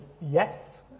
yes